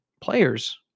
Players